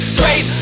great